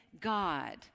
God